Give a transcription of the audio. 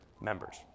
members